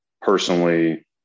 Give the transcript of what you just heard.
personally